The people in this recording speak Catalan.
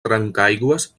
trencaaigües